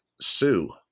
sue